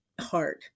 hard